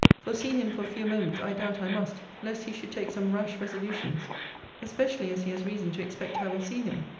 for see him for a few moments i doubt i must, lest he should take some rash resolutions especially as he has reason to expect i will see him.